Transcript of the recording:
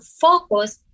focus